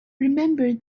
remember